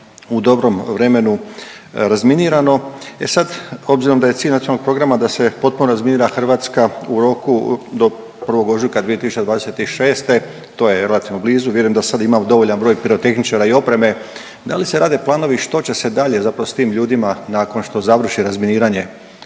u dobrom vremenu razminirano. E sad obzirom da je cilj ovog nacionalnog programa da se potpuno razminira Hrvatska u roku do 1. ožujka 2026. to je relativno blizu. Vidim da sad ima dovoljan broj pirotehničara i opreme, da li se rade planovi što će se dalje zapravo s tim ljudima nakon što završi razminiranje